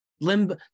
Limbo